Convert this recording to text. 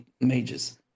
mages